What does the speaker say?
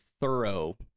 thorough